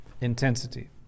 intensity